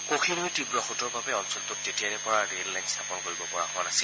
কৌশি নৈৰ তীৱ সোঁতৰ বাবে অঞ্চলটোত তেতিয়াৰে পৰা ৰেল লাইন স্থাপন কৰিব পৰা হোৱা নাছিল